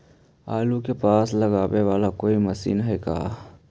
आलू मे पासा लगाबे बाला कोइ मशीन है का?